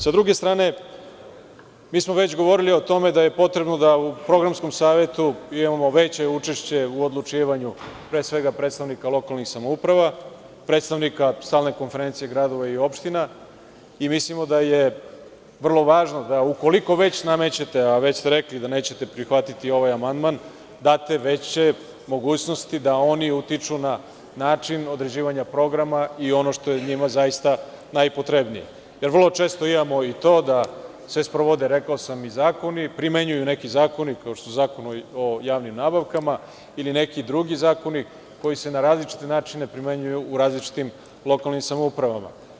Sa druge strane, mi smo već govorili o tome da je potrebno da u Programskom savetu imamo veće učešće u odlučivanju, pre svega predstavnika lokalnih samouprava, predstavnika stalne konferencije gradova i opština i mislimo da je vrlo važno da, ukoliko već namećete, a već ste rekli da nećete prihvatiti ovaj amandman, date veće mogućnosti da oni utiču na način određivanja programa i onog što je njima, zaista, najpotrebnije, jer vrlo često imamo i to da se sprovode, rekao sam zakoni, primenjuju neki zakoni, kao što je Zakon o javnim nabavkama ili neki drugi zakoni koji se na različite načine primenjuju u različitim samoupravama.